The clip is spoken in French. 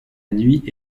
nuit